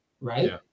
right